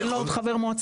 תן לו עוד חבר מועצה.